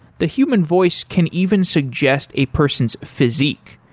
the human voice can even suggest a person's physique,